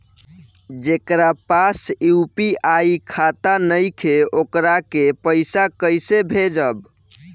जेकरा पास यू.पी.आई खाता नाईखे वोकरा के पईसा कईसे भेजब?